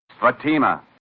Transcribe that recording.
Fatima